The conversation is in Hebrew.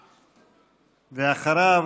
אחריו,